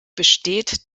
besteht